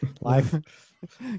life